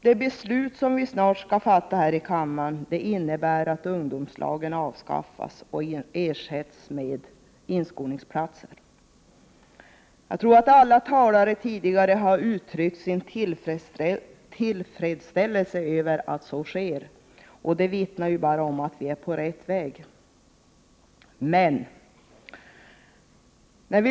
Det beslut vi snart skall fatta här i kammaren innebär att ungdomslagen avskaffas och ersätts med inskolningsplatser. Jag tror att alla tidigare talare här uttryckt sin tillfredsställelse över att så sker. Det vittnar om att vi är på rätt väg.